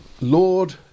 Lord